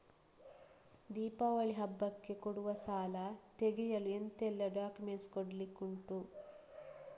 ದೀಪಾವಳಿ ಹಬ್ಬಕ್ಕೆ ಕೊಡುವ ಸಾಲ ತೆಗೆಯಲು ಎಂತೆಲ್ಲಾ ಡಾಕ್ಯುಮೆಂಟ್ಸ್ ಕೊಡ್ಲಿಕುಂಟು?